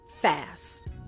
fast